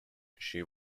she